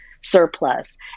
surplus